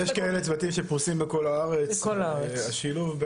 יש כאלה צוותים שפרוסים בכל הארץ, השילוב של